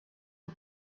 who